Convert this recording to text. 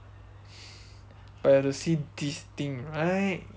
but have to see this thing right